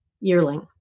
yearling